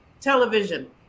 television